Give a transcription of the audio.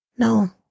No